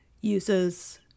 uses